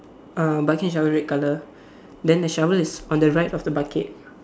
uh bucket shovel red colour then the shovel is on the right of the bucket